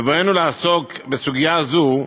בבואנו לעסוק בסוגיה זו,